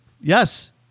Yes